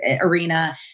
arena